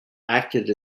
acted